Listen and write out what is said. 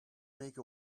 make